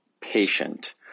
patient